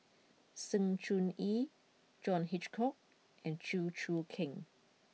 Sng Choon Yee John Hitchcock and Chew Choo Keng